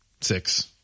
six